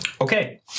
Okay